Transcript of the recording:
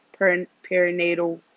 perinatal